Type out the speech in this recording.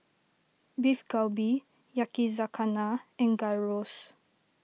Beef Galbi Yakizakana and Gyros